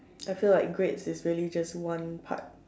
I feel like grades it's really just one part